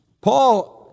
Paul